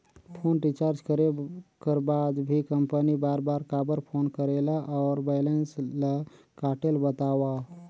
Phone recharge करे कर बाद भी कंपनी बार बार काबर फोन करेला और बैलेंस ल काटेल बतावव?